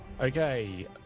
okay